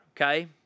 okay